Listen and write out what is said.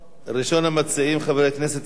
8663, 8665 ו-8687.